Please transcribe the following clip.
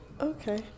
Okay